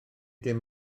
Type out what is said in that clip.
dim